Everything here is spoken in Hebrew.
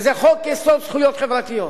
וזה חוק-יסוד: זכויות חברתיות.